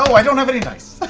i don't have any dice!